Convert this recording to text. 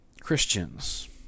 Christians